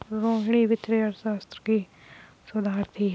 रोहिणी वित्तीय अर्थशास्त्र की शोधार्थी है